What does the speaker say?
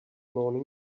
morning